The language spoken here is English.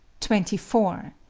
twenty four.